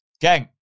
gang